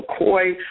McCoy